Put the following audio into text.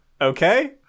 Okay